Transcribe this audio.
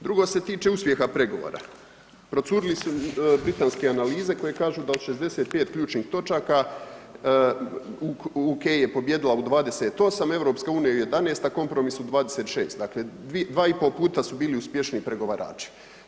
Drugo se tiče uspjeha pregovora, procurile su britanske analize koje kažu da od 65 ključnih točaka UK je pobijedila u 28, EU u 11, a kompromis u 26, dakle 2,5 puta su bili uspješniji pregovarači.